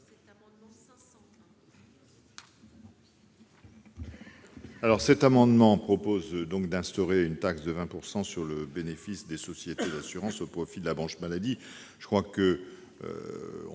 ? Cet amendement vise à instaurer une taxe de 20 % sur le bénéfice des sociétés d'assurance au profit de la branche maladie.